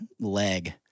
leg